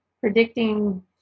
Predicting